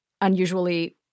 unusually